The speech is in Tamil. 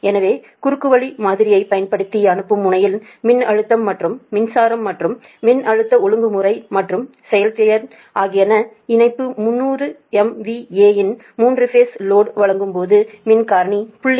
எனவே குறுக்குவழி மாதிரியைப் பயன்படுத்தி அனுப்பும் முனையில் மின்னழுத்தம் மற்றும் மின்சாரம் மற்றும் மின்னழுத்த ஒழுங்குமுறை மற்றும் செயல்திறன் ஆகியவை இணைப்பு 300 MVA இன் 3 பேஸ் லோடு வழங்கும்போது மின் காரணி 0